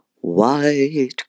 White